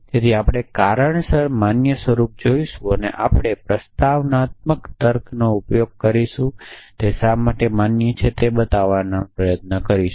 તેથી આપણે કારણસર માન્ય સ્વરૂપો જોશું કે આપણે પ્રોપ્રોજીશનલતર્કમાં ઉપયોગ કરીશું અને તે શા માટે માન્ય છે તે બતાવવાનો પ્રયત્ન કરીશું